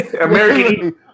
American